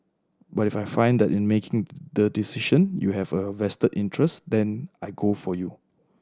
but if I find that in making the decision you have a vested interest then I go for you